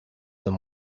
them